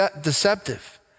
deceptive